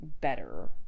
better